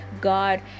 God